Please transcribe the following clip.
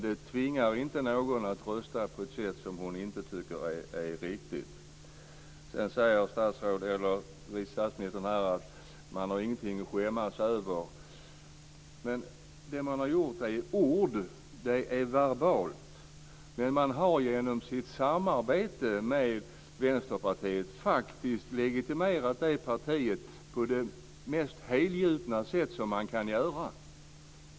Det tvingar inte någon att rösta på ett sätt som hon inte tycker är riktigt. Vice statsministern säger att man inte har någonting att skämmas för. Det man har gjort är att uttala ord, någonting verbalt. Men man har genom sitt samarbete med Vänsterpartiet faktiskt legitimerat det partiet på det mest helgjutna sätt som man kan göra.